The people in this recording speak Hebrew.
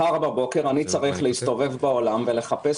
מחר בבוקר אני צריך להסתובב בעולם ולחפש